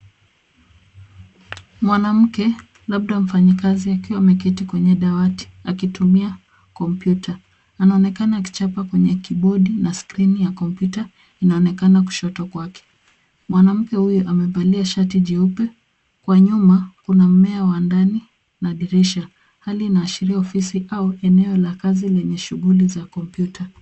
Mwanamke, labda mfanyakazi akiwa ameketi kwenye dawati, akitumia kompyuta. Anaonekana akichapa kwenye kibodi na skrini ya kompyuta inaonekana kushoto kwake. Mwanamke huyo amevalia shati jeupe. Kwa nyuma kuna mmea wa ndani na dirisha. Hali inaashiria ofisi au eneo la kazi lenye shughuli za kompyuta.